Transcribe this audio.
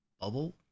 bubble